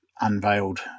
unveiled